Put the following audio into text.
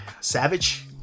Savage